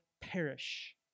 perish